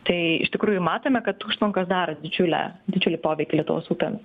tai iš tikrųjų matome kad užtvankos daro didžiulę didžiulį poveikį lietuvos upėm